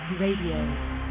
RADIO